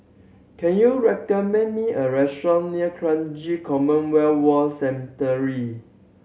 can you recommend me a restaurant near Kranji Commonwealth War Cemetery